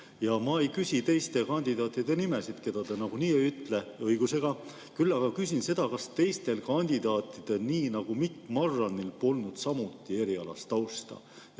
Ja ma ei küsi teiste kandidaatide nimesid, keda te nagunii ei ütle – õigusega. Küll aga küsin seda, kas teistel kandidaatidel, nii nagu Mikk Marranil, polnud samuti erialast tausta.